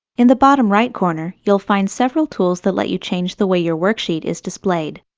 in the bottom right corner, you'll find several tools that let you change the way your worksheet is displayed.